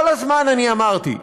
כל הזמן אמרתי: